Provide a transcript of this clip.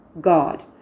God